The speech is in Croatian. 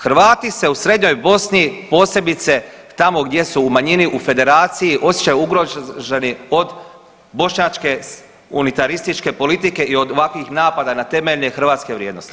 Hrvati se u srednjoj Bosni posebice tamo gdje su u manjini u Federaciji osjećaju ugroženi od bošnjačke unitarističke politike i od ovakvih napada na temeljne hrvatske vrijednosti.